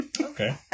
Okay